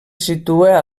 situa